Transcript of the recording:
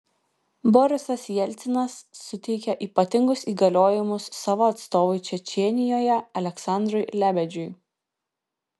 borisas jelcinas suteikė ypatingus įgaliojimus savo atstovui čečėnijoje aleksandrui lebedžiui